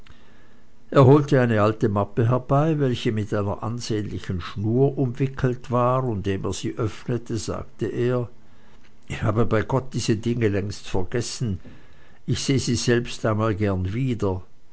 er holte eine alte mappe herbei welche mit einer ansehnlichen schnur umwickelt war und indem er sie öffnete sagte er ich habe bei gott diese dinge längst vergessen ich seh sie selbst einmal gern wie